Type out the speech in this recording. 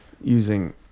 using